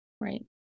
Right